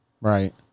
right